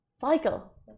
Cycle